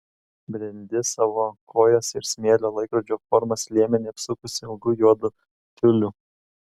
brendi savo kojas ir smėlio laikrodžio formos liemenį apsukusi ilgu juodu tiuliu